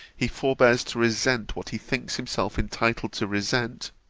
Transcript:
he forbears to resent what he thinks himself entitled to resent